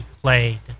played